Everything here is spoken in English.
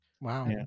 Wow